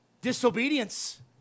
Disobedience